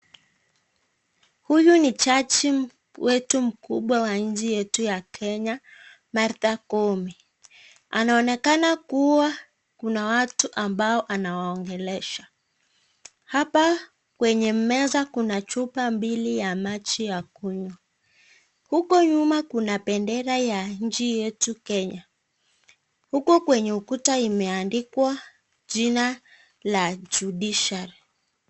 Huyu ni jaji wetu mkubwa wa nchi yetu ya Kenya, Martha Koome. Anaonekana kuwa kuna watu ambao anawaongelesha. Hapa kwenye meza, kuna chupa mbili ya maji ya kunywa. Huko nyuma kuna bendera ya nchi yetu Kenya. Huko kwenye ukuta imeandikwa jina la judiciary .